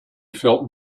felt